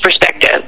perspective